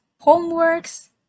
homeworks